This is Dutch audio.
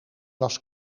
was